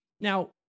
Now